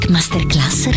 Masterclass